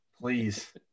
Please